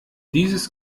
dieses